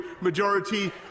majority